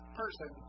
person